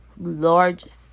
largest